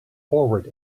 forward